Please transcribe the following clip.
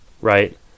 right